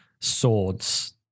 swords